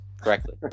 Correctly